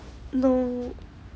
no